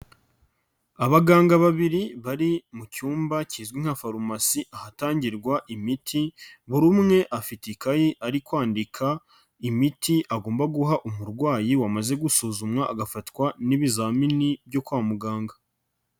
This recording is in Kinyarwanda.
Abaganga babiri bari mu cyumba kizwi nka farumasi ahatangirwa imiti, buri umwe afite ikayi ari kwandika imiti agomba guha umurwayi wamaze gusuzumwa, agafatwa n'ibizamini byo kwa muganga.